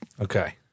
Okay